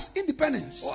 independence